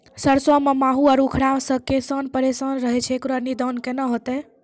सरसों मे माहू आरु उखरा से किसान परेशान रहैय छैय, इकरो निदान केना होते?